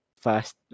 fast